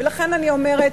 לכן, אני אומרת: